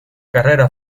carrera